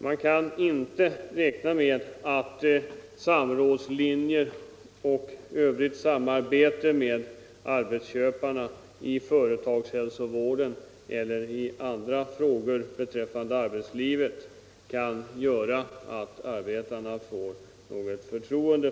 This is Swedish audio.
Man kan inte räkna med att samrådslinjen och övrigt samarbete med arbetsköparna i fråga om företagshälsovården eller i andra frågor beträffande arbetslivet kan skapa något förtroende.